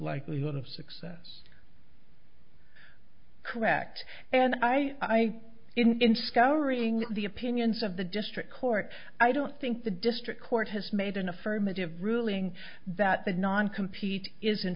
likelihood of success correct and i in scouring the opinions of the district court i don't think the district court has made an affirmative ruling that the non competing is in